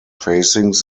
facings